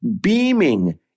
beaming